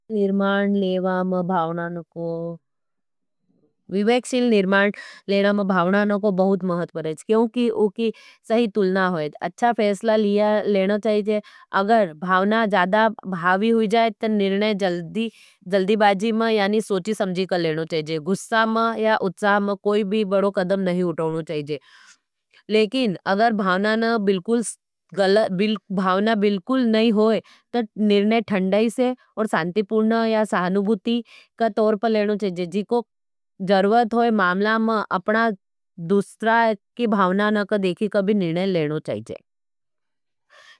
विवेक्षिल निर्मान्ड लेना में भावणानों को बहुत महत्व रहे। क्योंकि उकी सही तुलना होई। अच्छा फेसला लिए लेना चाहि, अगर भावना जादा भावी हुई जाए, तो निर्णय जल्दीबाजी में यानी सोची समझी का लेना चाहिज। गुस्सो में जा जल्द बाजी में कोई भी कदम नी उठाना चाहीज। लेकिन अगर भावना ने बिल्कुल भावना बिल्कुल नहीं हुई तो निर्णय ठंडा से या सहानुभूति के तौर पर लेना चाहीज। जिकों जरूरत हुई मामला में अपना दूसरा की भावना ने भी देख कर निर्णय लेना चाहीज।